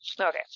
Okay